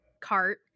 cart